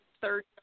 third